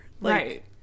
Right